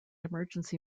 emergency